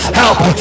help